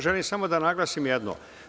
Želim samo da naglasim jedno.